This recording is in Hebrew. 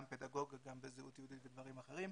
גם פדגוגית וגם בזהות יהודית ודברים אחרים.